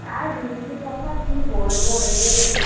আর রিলসের কথা কী বলবো রে